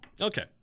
Okay